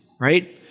right